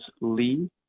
lee